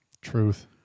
Truth